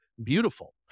Beautiful